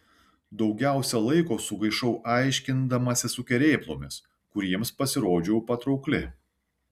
daugiausiai laiko sugaišau aiškindamasi su kerėplomis kuriems pasirodžiau patraukli